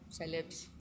celebs